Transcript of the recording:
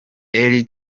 elie